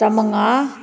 ꯆꯝꯃꯉꯥ